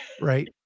Right